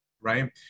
right